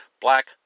black